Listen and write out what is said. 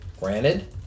Granted